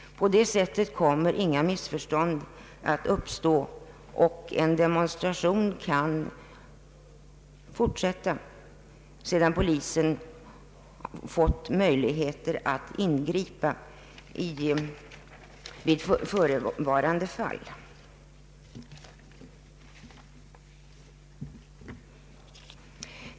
På det sättet kommer inga missförstånd att uppstå, och en demonstration kan fortsätta, sedan polisen fått möjligheter att ingripa.